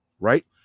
right